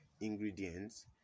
ingredients